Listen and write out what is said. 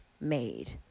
made